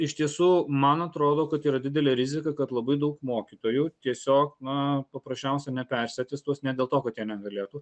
iš tiesų man atrodo kad yra didelė rizika kad labai daug mokytojų tiesiog na paprasčiausia nepersiatestuos ne dėl to kad jie negalėtų